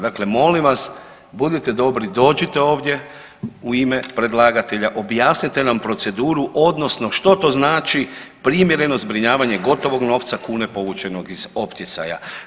Dakle, molim vas budite dobri dođite ovdje u ime predlagatelja, objasnite nam proceduru odnosno što to znači primjereno zbrinjavanje gotovog novca kune povučenog iz poticaja.